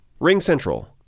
RingCentral